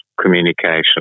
communication